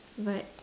but